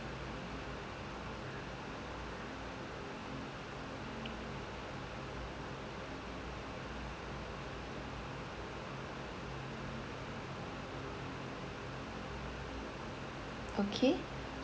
okay